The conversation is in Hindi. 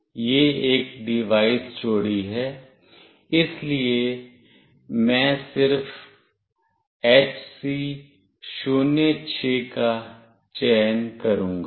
यह एक डिवाइस जोड़ी है इसलिए मैं सिर्फ HC 06 का चयन करूंगा